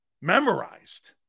memorized